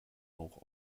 auch